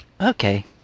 Okay